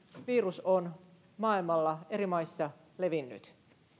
virus on maailmalla eri maissa levinnyt